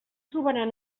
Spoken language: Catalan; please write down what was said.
trobaran